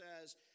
says